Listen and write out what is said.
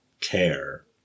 care